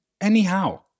anyhow